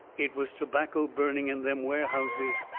it was tobacco burning in them warehouses.